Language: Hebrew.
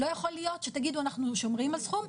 לא יכול להיות שתגידו שאתם שומרים על סכום,